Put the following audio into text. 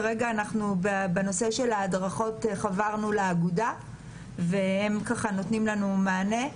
כרגע בנושא של ההדרכות אנחנו חברנו לאגודה והם נותנים לנו מענה,